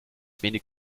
wenig